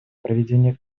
проведения